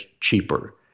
cheaper